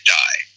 die